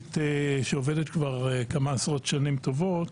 הנורבגית שעובדת כבר כמה עשרות שנים טובות,